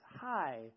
hi